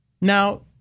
Now